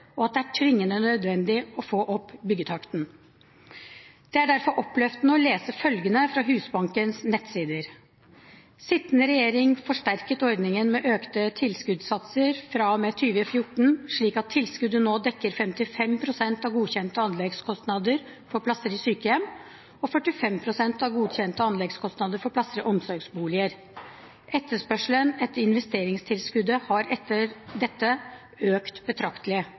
og at det er tvingende nødvendig å få opp byggetakten. Det er derfor oppløftende å lese følgende fra Husbankens nettsider: «Regjeringen forsterket ordningen med økte tilskuddssatser fra og med 2014, slik at tilskuddet nå dekker 55 prosent av godkjente anleggskostnader for plasser i sykehjem og 45 prosent av godkjente anleggskostnader for plasser i omsorgsbolig.» Etterspørselen etter investeringstilskuddet har etter dette økt betraktelig.